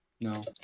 No